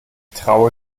traue